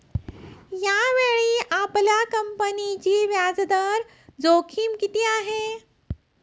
यावेळी आपल्या कंपनीची व्याजदर जोखीम किती आहे?